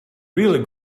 really